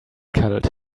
cuddled